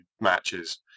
matches